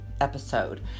episode